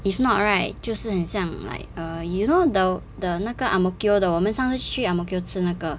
if not right 就是很像 like err you know the the 那个 ang mo kio 的我们上次去 ang mo kio 吃的那个